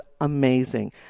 amazing